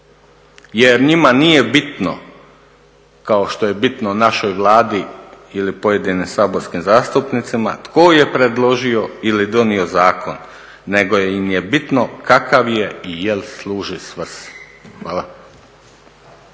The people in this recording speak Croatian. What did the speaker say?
jer njima nije bitno, kao što je bitno našoj Vladi ili pojedinim saborskim zastupnicima, tko je predložio ili donio zakon nego im je bitno kakav je i jel služi svrsi. Hvala.